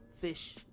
fish